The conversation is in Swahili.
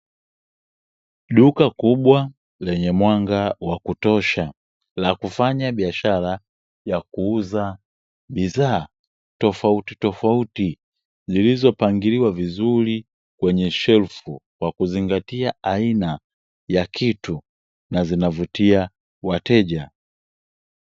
Duka kubwa lenye mwanga wakutosha la kufanya biashara ya kuuza bidhaa tofautitofauti, zilizopangiliwa vizuri kwenye shelfu kwa kuzingatia aina ya kitu na zinavutia wateja.